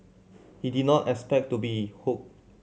he did not expect to be hooked